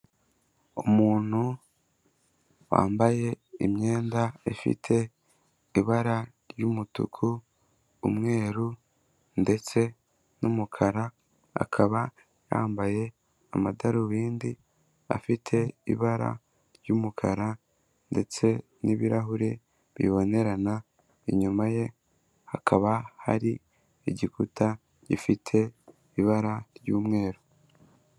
Umuntu wambaye imyenda ifite ibara ry'umutuku, umweru ndetse n'umukara, akaba yambaye amadarubindi afite ibara ry'umukara ndetse n'ibirahuri bibonerana, inyuma ye hakaba hari igikuta gifite ibara ry'umweru.